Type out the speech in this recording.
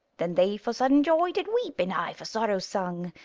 then they for sudden joy did weep, and i for sorrow sung,